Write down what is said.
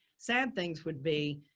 sad things would be,